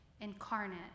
incarnate